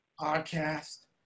podcast